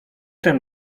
ten